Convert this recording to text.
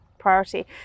priority